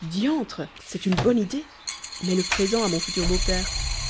diantre c'est une bonne idée mais le présent à mon futur beau-père